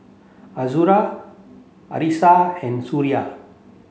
Azura Arissa and Suria